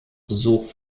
besuch